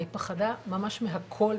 היא פחדה ממש מהכל,